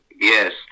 Yes